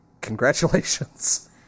congratulations